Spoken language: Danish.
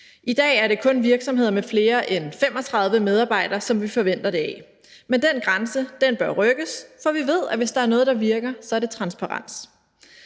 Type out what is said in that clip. I dag er det kun virksomheder med flere end 35 medarbejdere, som vi forventer det af, men den grænse bør rykkes, for vi ved, at hvis der er noget, der virker, er det transparens.